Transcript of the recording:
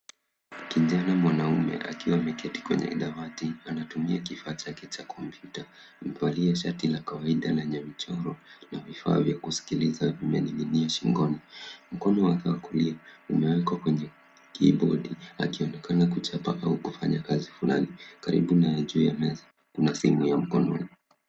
Kijana mwanaume akiwa ameketi kwenye dawati. Anatumia kifaa chake cha kompyuta huku akiwa na shati la kawaida na lenye michoro na vifaa vya kuskiliza vimening'inia shingoni. Mkono wake wa kulia umewekwa kwenye kibodi akionekana kuchapa au kufanya kazi fulani. Karibu naye juu ya neza kuna simu ya mkononi.